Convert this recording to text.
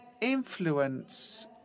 influence